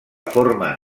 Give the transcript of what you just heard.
forma